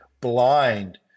blind